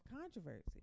controversy